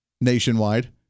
Nationwide